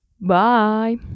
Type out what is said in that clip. bye